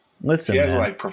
Listen